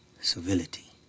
Civility